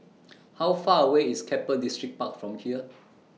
How Far away IS Keppel Distripark from here